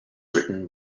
written